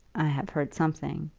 have heard something.